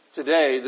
today